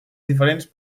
diferents